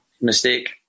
mistake